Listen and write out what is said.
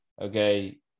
Okay